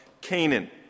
Canaan